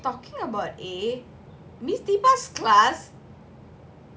talking about a miss deepa class